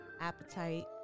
appetite